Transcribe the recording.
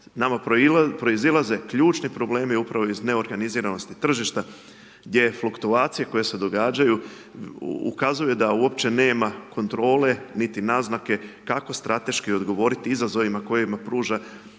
Nama proizlaze ključni problemi upravo iz neorganiziranosti tržišta, gdje fluktuacije koje se događaju, ukazuju da uopće nema kontrole niti naznake, kako strateški odgovoriti izazovima koje pruža